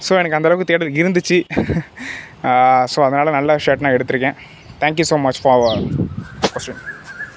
so எனக்கு அந்த அளவுக்கு தேடல் இருந்துச்சு ஸோ அதனால் நல்ல ஷர்ட் நான் எடுத்திருக்கேன் thank you so much for your question